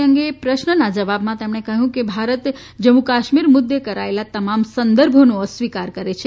તે અંગેના પ્રશ્રોના જવાબમાં તેમણે કહ્યુંકે ભારત જમ્મુ કાશમીર મુદ્દે કરાયેલા તમામ સંદર્ભોનો અસ્વીકાર કરે છે